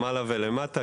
למעלה ולמטה,